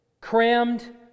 crammed